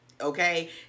okay